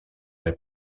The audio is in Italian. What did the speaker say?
dai